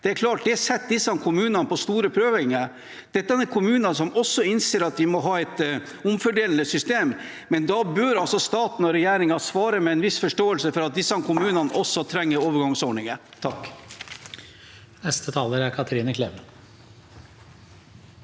Det er klart at dette setter disse kommunene på store prøver. Dette er kommuner som også innser at de må ha et omfordelende system, men da bør staten og regjeringen svare med en viss forståelse for at disse kommunene også trenger overgangsordninger. Kathrine Kleveland